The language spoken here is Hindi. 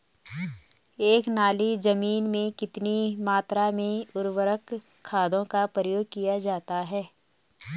एक नाली जमीन में कितनी मात्रा में उर्वरक खादों का प्रयोग किया जाता है?